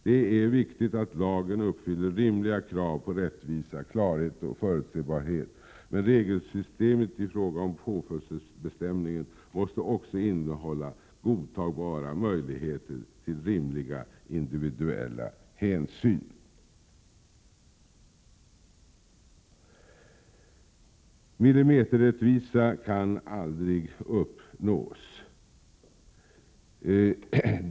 Det är viktigt att lagen uppfyller rimliga krav på rättvisa, klarhet och förutsebarhet, men regelsystemet i fråga om påföljdsbestämningen måste också innehålla godtagbara möjligheter till rimliga individuella hänsyn. Millimeterrättvisa kan aldrig uppnås.